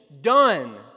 Done